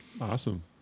Awesome